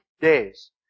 days